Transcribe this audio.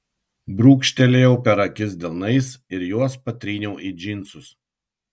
brūkštelėjau per akis delnais ir juos patryniau į džinsus